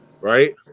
right